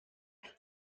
août